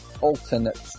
alternate